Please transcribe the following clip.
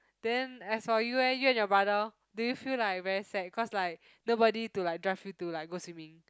then as for you eh you and your brother do you feel like very sad cause like nobody to like draft you to like go swimming